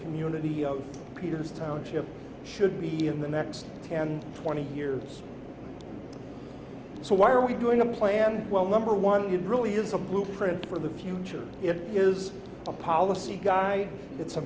community peters township should be in the next ten twenty years so why are we doing a plan well number one that really is a blueprint for the future if is a policy guy it's a